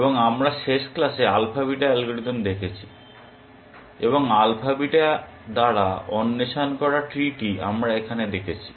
এবং আমরা শেষ ক্লাসে আলফা বিটা অ্যালগরিদম দেখেছি এবং আলফা বিটা দ্বারা অন্বেষণ করা ট্রি টি আমরা এখানে দেখেছি